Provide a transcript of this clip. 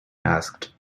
asked